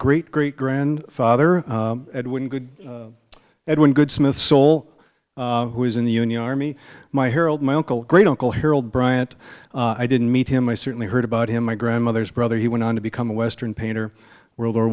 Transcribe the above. great great grand father edwin good edwin good smith soul who is in the union army my harold my uncle great uncle harold bryant i didn't meet him i certainly heard about him my grandmother's brother he went on to become a western painter world war